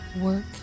work